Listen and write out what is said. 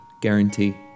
Guarantee